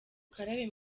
ukarabe